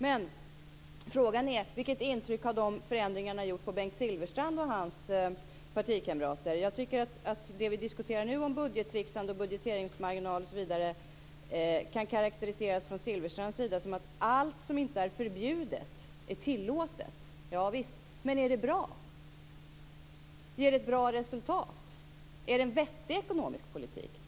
Men frågan är: Vilket intryck har de förändringarna gjort på Bengt Silfverstrand och hans partikamrater? Jag tycker att det vi diskuterar nu, om budgettricksande och budgeteringsmarginal osv., kan från Bengt Silfverstrands sida karakteriseras som att allt som inte är förbjudet är tillåtet. Javisst, men är det bra? Ger det ett bra resultat? Är det en vettig ekonomisk politik?